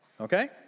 okay